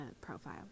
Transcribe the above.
profile